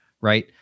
right